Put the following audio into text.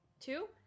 Two